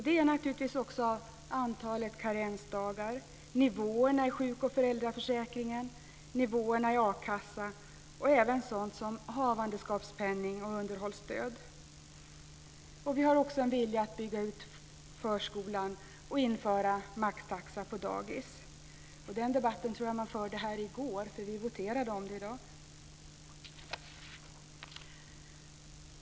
Det är naturligtvis också antalet karensdagar, nivåerna i sjuk och föräldraförsäkringen och nivåerna i a-kassan, och även sådant som havandeskapspenning och underhållsstöd. Vi har också en vilja att bygga ut förskolan och införa maxtaxa på dagis. Den debatten tror jag att man förde här i går, för vi voterade om det i dag.